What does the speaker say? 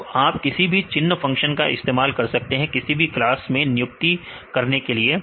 तो आप कोई भी चिह्न फंक्शन का इस्तेमाल कर सकते हैं किसी भी क्लास में नियुक्त करने के लिए